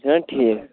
چھُنا ٹھیٖک